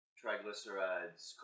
triglycerides